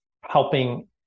helping